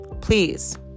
please